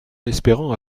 espérant